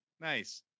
nice